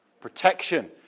Protection